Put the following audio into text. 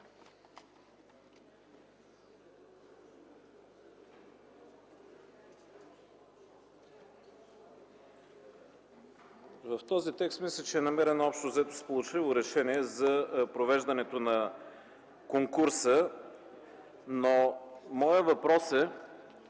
В този текст мисля, че е намерено общо взето сполучливо решение за провеждането на конкурса. Моят въпрос е: